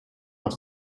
nach